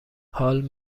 حال